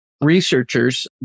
Researchers